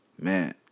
Man